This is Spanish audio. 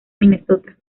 minnesota